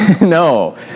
No